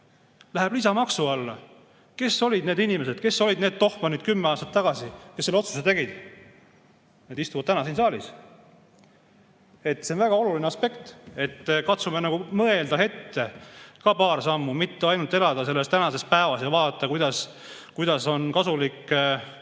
läheb lisamaksu alla!? Kes olid need inimesed, kes olid need tohmanid kümme aastat tagasi, kes selle otsuse tegid? Nad istuvad täna siin saalis. See on väga oluline aspekt, et katsume mõelda ka paar sammu ette. Ärme elame ainult tänases päevas ja vaatame, kuidas on kasulik